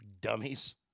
Dummies